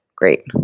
Great